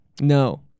No